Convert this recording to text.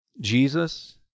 jesus